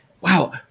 Wow